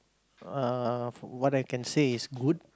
uh what I can say is good